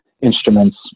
instruments